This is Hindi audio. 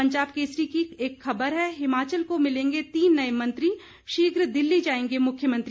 पंजाब केसरी की एक खबर है हिमाचल को मिलेंगे तीन नए मंत्री शीघ्र दिल्ली जाएंगे मुख्यमंत्री